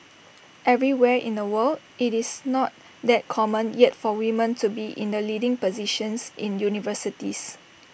everywhere in the world IT is not that common yet for women to be in the leading positions in universities